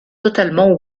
totalement